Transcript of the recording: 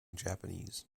japanese